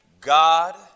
God